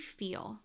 feel